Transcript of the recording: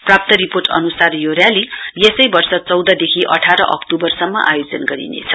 प्राप्त रिपोर्ट अनुसार यो न्याली यसै वर्ष चौधदेखि अठार अक्टोबरसम्म आयोजना गरिनेछ